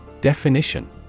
Definition